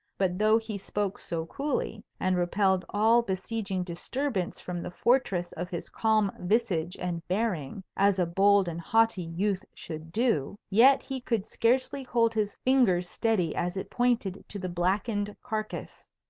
but though he spoke so coolly, and repelled all besieging disturbance from the fortress of his calm visage and bearing, as a bold and haughty youth should do, yet he could scarcely hold his finger steady as it pointed to the blackened carcase.